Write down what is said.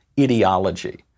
ideology